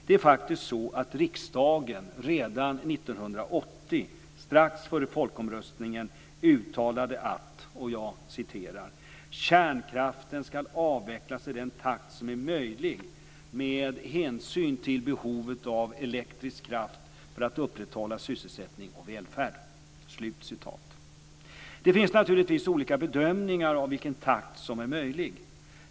Det är faktiskt så att riksdagen redan 1980, strax efter folkomröstningen, uttalade att "kärnkraften skall avvecklas i den takt som är möjlig med hänsyn till behovet av elektrisk kraft för att upprätthålla sysselsättning och välfärd". Det finns naturligtvis olika bedömningar av vilken takt som är möjlig.